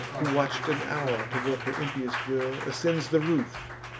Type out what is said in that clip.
who watch'd an hour to work her impious will, ascends the roof,